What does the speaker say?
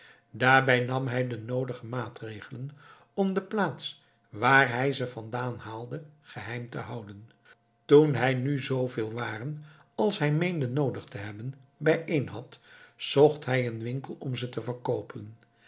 daarbij nam hij de noodige maatregelen om de plaats waar hij ze vandaan haalde geheim te houden toen hij nu zooveel waren als hij meende noodig te hebben bijeen had zocht hij een winkel om ze te verkoopen